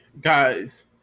guys